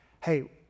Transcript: hey